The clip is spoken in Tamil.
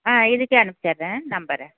ஆ இதுக்கே அனுப்பிச்சடுறேன் நம்பரை